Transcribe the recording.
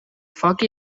foc